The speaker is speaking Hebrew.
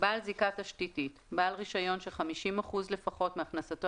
"בעל זיקה תשתיתית" בעל רישיון ש-50% לפחות מהכנסתו